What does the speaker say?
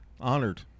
Honored